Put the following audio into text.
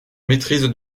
maîtrise